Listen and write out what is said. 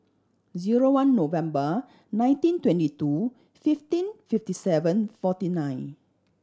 zero one November nineteen twenty two fifteen fifty seven forty nine